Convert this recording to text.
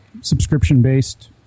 subscription-based